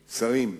שרים,